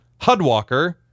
Hudwalker